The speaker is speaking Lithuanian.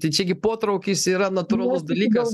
tai čia gi potraukis yra natūralus dalykas